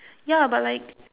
ya but like